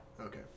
Okay